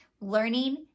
learning